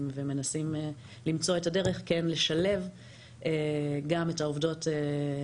ומנסים למצוא את הדרך כן לשלב גם את העובדות שכבר נמצאות.